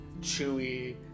Chewy